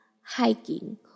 hiking